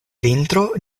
vintro